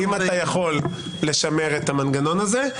אם אתה יכול, תשמר את המנגנון הזה.